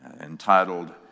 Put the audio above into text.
entitled